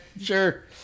Sure